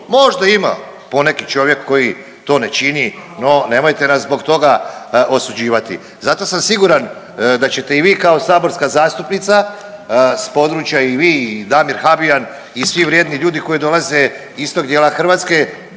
Možda ima poneki čovjek koji to ne čini, no, nemojte nas zbog toga osuđivati. Zato sam siguran da ćete i vi kao saborska zastupnica s područja i vi i Damir Habijan i svi vrijedni ljudi koji dolaze iz tog dijela Hrvatske,